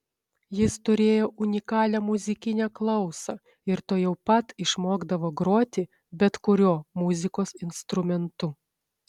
jis turėjo unikalią muzikinę klausą ir tuojau pat išmokdavo groti bet kuriuo muzikos instrumentu